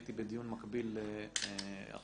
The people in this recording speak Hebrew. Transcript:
הייתי בדיון מקביל עכשיו